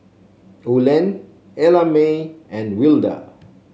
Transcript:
Olen Ellamae and Wilda